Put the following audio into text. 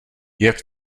jak